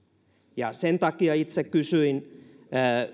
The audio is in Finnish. sen takia itse kysyin